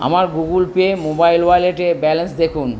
আমার Google Pay mobile ওয়ালেটে balance দেখুন